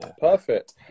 perfect